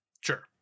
Sure